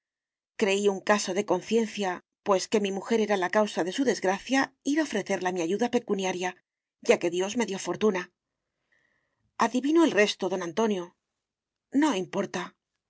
creí un caso de conciencia pues que mi mujer era la causa de su desgracia ir a ofrecerla mi ayuda pecuniaria ya que dios me dio fortuna adivino el resto don antonio no importa